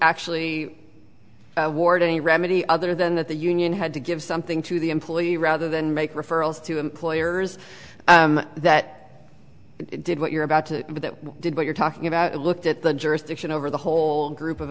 actually award any remedy other than that the union had to give something to the employee rather than make referrals to employers that did what you're about to do that did what you're talking about looked at the jurisdiction over the whole group of